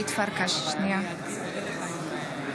אני